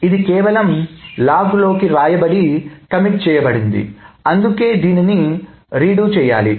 ఇది కేవలం లాగ్ లోకి వ్రాయబడి కమిట్ T చేయబడింది అందుకే దీన్ని పునరావృతం చేయాలి